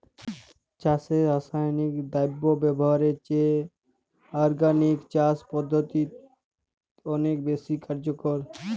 চাষে রাসায়নিক দ্রব্য ব্যবহারের চেয়ে অর্গানিক চাষ পদ্ধতি অনেক বেশি কার্যকর